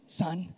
son